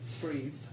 Breathe